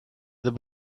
the